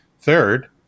Third